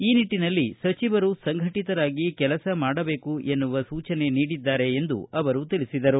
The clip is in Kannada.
ಈ ನಿಟ್ಟಿನಲ್ಲಿ ಸಚಿವರು ಸಂಘಟಿತವಾಗಿ ಕೆಲಸ ಮಾಡಬೇಕು ಎನ್ನುವ ಸೂಚನೆ ನೀಡಿದ್ದಾರೆ ಎಂದು ತಿಳಿಸಿದರು